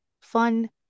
fun